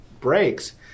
breaks